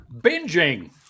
Binging